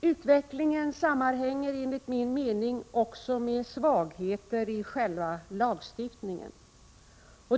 Utvecklingen sammanhänger enligt min mening också med svagheter i själva lagstiftningen.